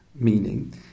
Meaning